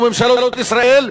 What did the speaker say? או ממשלות ישראל,